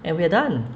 and we are done